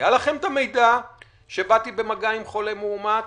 היה לכם את המידע שבאתי עם חולה מאומת,